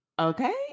Okay